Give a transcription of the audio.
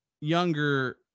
younger